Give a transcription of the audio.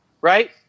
right